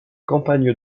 campagne